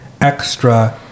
extra